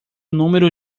número